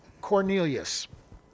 Cornelius